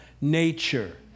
nature